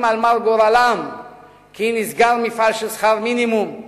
על מר גורלם כי נסגר מפעל של שכר מינימום,